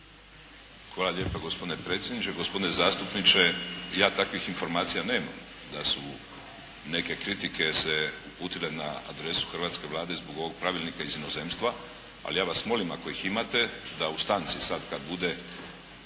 Hvala lijepo gospodine predsjedniče! Gospodine zastupniče, ja takvih informacija nemam da su neke kritike se uputile na adresu hrvatske Vlade zbog ovog pravilnika iz inozemstva. Ali, ja vas molim ako ih imate, da u stanci sad kad bude